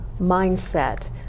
mindset